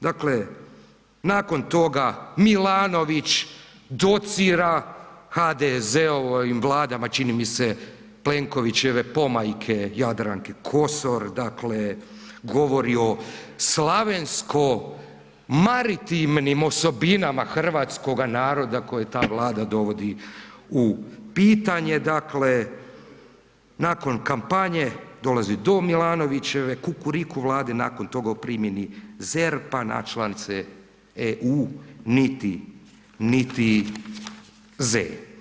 Dakle, nakon toga Milanović docira HDZ-ovim vladama čini mi se Plenkovićeve pomajke Jadranke Kosor, dakle govori o slavensko maritivnim osobinama hrvatskoga naroda koji ta vlada dovodi u pitanje dakle, nakon kampanje dolazi do Milanovićeve kukuriku vlade, nakon toga o primjeni ZERP-a na članice EU niti, niti ze.